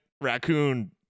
raccoon